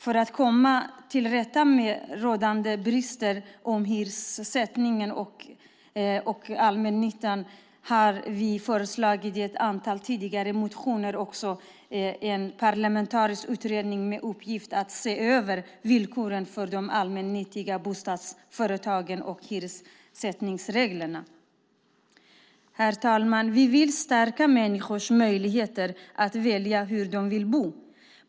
För att komma till rätta med rådande brister i hyressättningen i allmännyttan har vi föreslagit i ett antal tidigare motioner en parlamentarisk utredning med uppgift att se över villkoren för de allmännyttiga bostadsföretagen och hyressättningsreglerna. Herr talman! Vi vill stärka människors möjligheter att välja hur de vill bo.